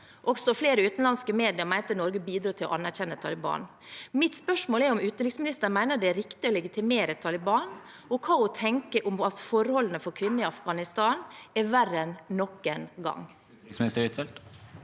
Også flere utenlandske medier mente at Norge bidro til å anerkjenne Taliban. Mitt spørsmål er om utenriksministeren mener det er riktig å legitimere Taliban, og hva hun tenker om at forholdene for kvinner i Afghanistan er verre enn noen gang.